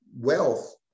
wealth